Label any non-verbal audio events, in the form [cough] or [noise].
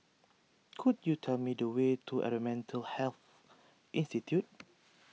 could you tell me the way to Environmental Health Institute [noise]